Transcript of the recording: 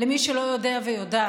למי שלא יודע ויודעת,